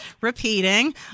repeating